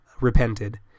repented